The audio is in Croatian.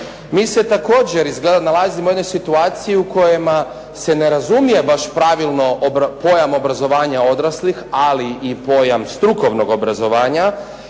Mi se također izgleda nalazimo u jednoj situaciji u kojima se ne razumije baš pravilno pojam obrazovanja odraslih, ali i pojam strukovnog obrazovanja,